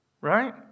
Right